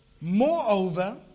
Moreover